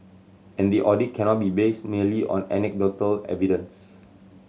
and the audit cannot be based merely on anecdotal evidence